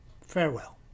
Farewell